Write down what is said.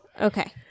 Okay